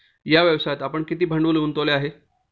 या व्यवसायात आपण किती भांडवल गुंतवले आहे?